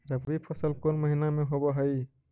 रबी फसल कोन महिना में होब हई?